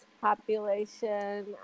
population